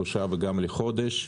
שלושה וגם לחודש.